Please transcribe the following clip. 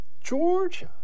Georgia